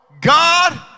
God